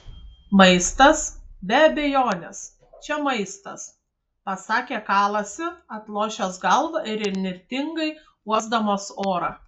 maistas be abejonės čia maistas pasakė kalasi atlošęs galvą ir įnirtingai uosdamas orą